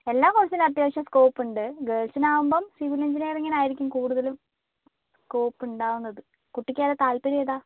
എല്ലാ കോഴ്സിനും അത്യാവശ്യം സ്കോപ്പുണ്ട് ഗേൾസിനാവുമ്പം സിവിൽ എഞ്ചിനിയറിംഗിന് ആയിരിക്കും കൂടുതലും സ്കോപ്പ് ഉണ്ടാവുന്നത് കുട്ടിക്കേതാണ് താല്പര്യം ഏതാണ്